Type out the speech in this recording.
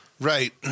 right